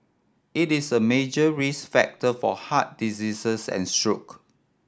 it is a major risk factor for heart diseases and stroke